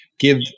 give